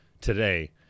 today